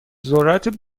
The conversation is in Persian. ذرت